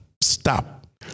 stop